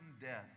death